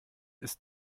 ist